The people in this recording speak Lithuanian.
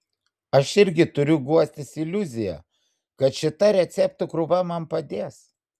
aš irgi turiu guostis iliuzija kad šita receptų krūva man padės